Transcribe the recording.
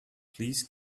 please